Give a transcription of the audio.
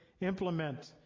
implement